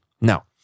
Now